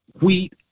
wheat